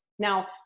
Now